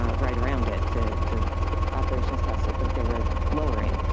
um right around it, the the operations costs looked like they were lowering.